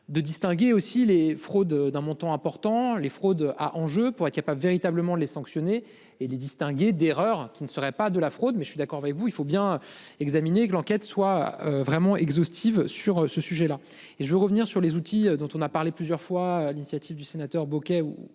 de distinguer aussi les fraudes d'un montant important, les fraudes à enjeu pour être il y a pas véritablement les sanctionner et les distinguer d'erreurs qui ne serait pas de la fraude mais je suis d'accord avec vous, il faut bien examiner que l'enquête soit vraiment exhaustive sur ce sujet-là et je vais revenir sur les outils dont on a parlé plusieurs fois à l'initiative du sénateur bouquet